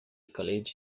college